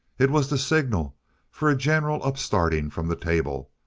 it was the signal for a general upstarting from the table,